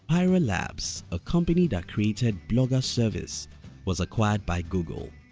pyra labs, a company that created blogger service was acquired by google.